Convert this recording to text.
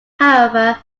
however